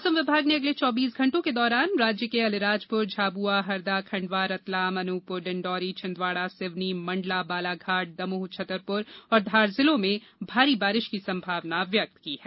मौसम विमाग ने अगले चौबीस घंटों के दौरान राज्य के अलीराजपुर झाबुआ हरदा खंडवा रतलाम अनूपपुर डिंडौरी छिंदवाड़ा सिवनी मंडला बालाघाट दमोह छतरपुर और धार जिलों में भारी बारिश की संभावना व्यक्त की है